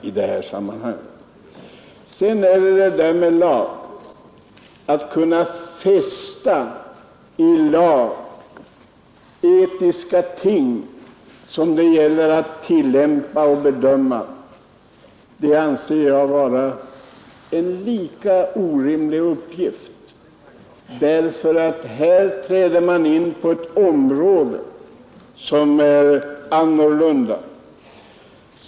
Med anledning av vad herr Lindkvist yttrade om lagen vill jag säga: Att kunna fästa i lag etiska ting som det gäller att tillämpa och bedöma anser jag vara en lika orimlig uppgift, därför att här träder man in på ett område som är annorlunda.